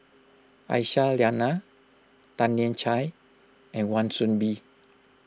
Aisyah Lyana Tan Lian Chye and Wan Soon Bee